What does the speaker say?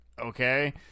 okay